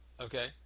okay